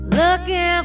looking